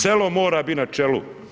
Selo mora bit na čelu.